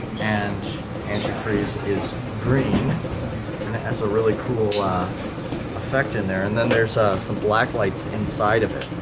and antifreeze is green has a really cool ah effect in there and then there's ah some black lights inside of it